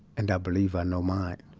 and i believe i know mine,